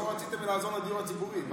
לא רציתם לעזור לדיור הציבורי.